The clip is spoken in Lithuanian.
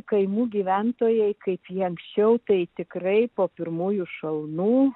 kaimų gyventojai kaip jie anksčiau tai tikrai po pirmųjų šalnų